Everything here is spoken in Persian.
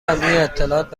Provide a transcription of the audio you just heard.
اطلاعات